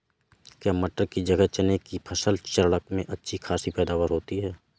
क्या मटर की जगह चने की फसल चक्रण में अच्छी खासी पैदावार होती है?